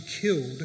killed